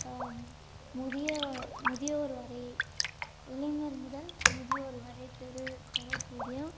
முதிய முதியோர் வரை இளைஞர் முதல் முதியோர் வரை பெறு பெறக்கூடிய